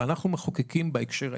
ואנחנו מחוקקים בהקשר הישראלי.